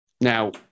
Now